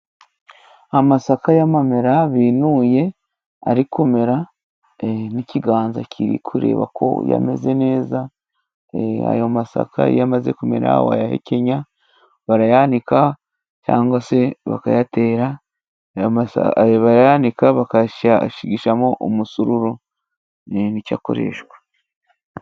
Amasaka y'amamera binuye ari kumera n'ikiganza kiri kurebako yameze neza, ayo masaka iyo amaze kumera wayahekenya barayanika cyangwa se bakayatera ,aya masa barayanika bakayashigishamo umusururu ni cyo akoreshwa.